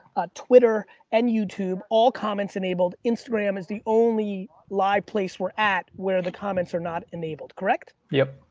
twitter and youtube. all comments enabled, instagram is the only live place we're at where the comments are not enabled, correct? yep.